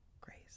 Grace